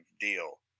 deal